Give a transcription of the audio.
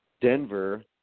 Denver